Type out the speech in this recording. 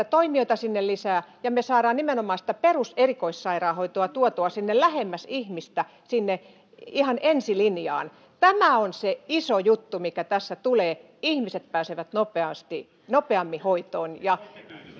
toimijoita sinne lisää ja me saamme nimenomaan peruserikoissairaanhoitoa tuotua lähemmäksi ihmistä sinne ihan ensilinjaan tämä on se iso juttu mikä tässä tulee ihmiset pääsevät nopeammin hoitoon